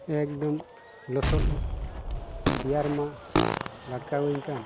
ᱮᱠᱫᱚᱢ ᱞᱚᱥᱚᱫ ᱫᱮᱭᱟ ᱨᱮᱢᱟ ᱞᱟᱹᱴᱠᱟᱧ ᱠᱟᱱ